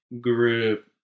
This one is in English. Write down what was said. group